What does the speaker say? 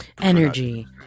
Energy